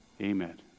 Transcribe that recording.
Amen